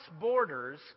borders